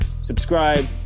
Subscribe